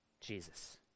Jesus